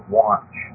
watch